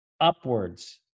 upwards